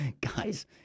guys